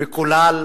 מקולל,